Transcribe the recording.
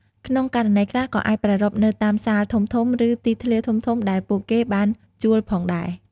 ក្នុងករណីខ្លះ ក៏អាចប្រារព្ធនៅតាមសាលធំៗ ឬទីធ្លាធំៗដែលពួកគេបានជួលផងដែរ។